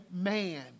man